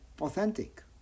authentic